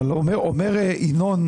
אומר ינון,